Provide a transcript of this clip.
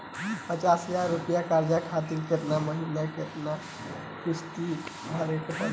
पचास हज़ार रुपया कर्जा खातिर केतना महीना केतना किश्ती भरे के पड़ी?